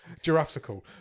Giraffical